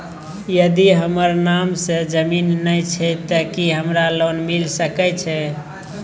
यदि हमर नाम से ज़मीन नय छै ते की हमरा लोन मिल सके छै?